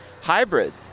hybrid